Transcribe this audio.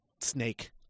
snake